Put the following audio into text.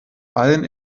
allen